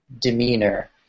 demeanor